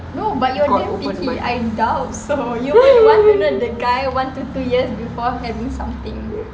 no but you're damn picky I doubt so you want to know the guy one to two years before having something